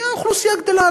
כי האוכלוסייה גדלה.